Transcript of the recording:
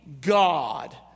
God